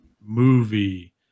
movie